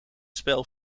spel